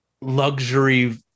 luxury